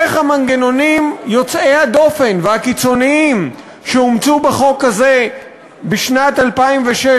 איך המנגנונים יוצאי הדופן והקיצוניים שאומצו בחוק הזה בשנת 2006,